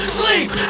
sleep